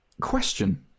Question